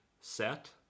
set